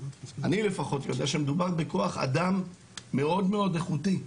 אני לפחות יודע שמדובר בכח אדם מאוד מאוד איכותי.